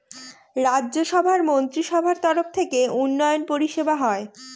রাজ্য সভার মন্ত্রীসভার তরফ থেকে উন্নয়ন পরিষেবা হয়